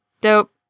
Dope